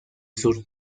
sur